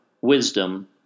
wisdom